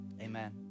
Amen